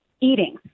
eating